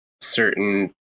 certain